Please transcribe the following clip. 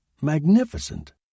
magnificent